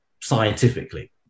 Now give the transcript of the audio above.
scientifically